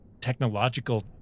technological